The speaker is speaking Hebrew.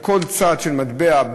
לכל צד של מטבע,